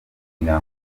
kugira